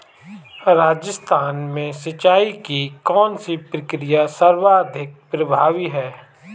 राजस्थान में सिंचाई की कौनसी प्रक्रिया सर्वाधिक प्रभावी है?